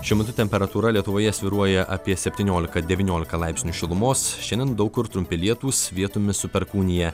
šiuo metu temperatūra lietuvoje svyruoja apie septyniolika devyniolika laipsnių šilumos šiandien daug kur trumpi lietūs vietomis su perkūnija